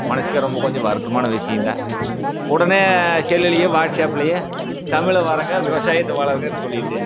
மனசுக்கு ரொம்ப கொஞ்சம் வருத்தமான விஷயந்தான் உடனே செல்லுலையும் வாட்சப்லியும் தமிழை வளர்ங்க விவசாயத்தை வளர்ங்கனு சொல்லிகிட்டு